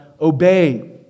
obey